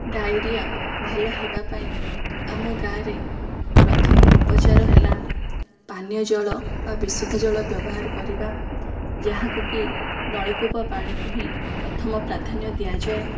diarrhoea ଭଲ ହେବା ପାଇଁ ଆମ ଗାଁରେ ପ୍ରଥମ ଉପଚାର ହେଲା ପାନୀୟ ଜଳ ବା ବିଶୁଦ୍ଧ ଜଳ ବ୍ୟବହାର କରିବା ଯାହାକୁକି ନଳକୂପ ପାଣିକୁ ହିଁ ପ୍ରଥମ ପ୍ରାଧାନ୍ୟ ଦିଆଯାଏ